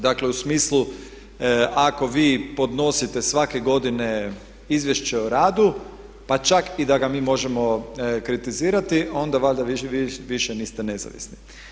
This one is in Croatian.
Dakle u smislu ako vi podnosite svake godine Izvješće o radu pa čak i da ga mi možemo kritizirati onda valjda vi više niste nezavisni.